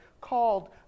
called